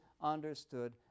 understood